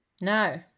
No